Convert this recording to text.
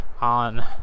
on